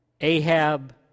Ahab